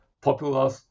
popular